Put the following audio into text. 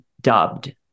dubbed